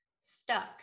stuck